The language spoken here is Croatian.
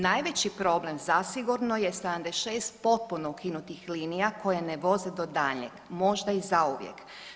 Najveći problem zasigurno je 76 potpuno ukinutih linija koje ne voze do daljnjeg, možda i zauvijek.